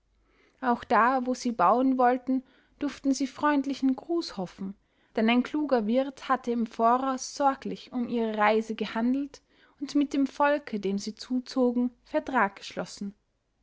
auch da wo sie bauen wollten durften sie freundlichen gruß hoffen denn ein kluger wirt hatte im voraus sorglich um ihre reise gehandelt und mit dem volke dem sie zuzogen vertrag geschlossen